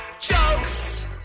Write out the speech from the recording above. jokes